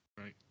Right